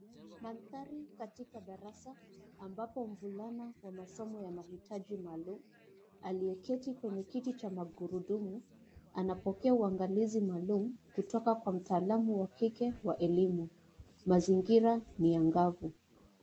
Mandhari katika darasa ambapo mvulana wa masomo ya mahitaji maalum aliyeketi kwenye kiti cha magurudumu anapokea uagalizi maalum kutoka kwa mtaalamu wa kike wa elimu. Mazingira ni angavu.